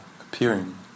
appearing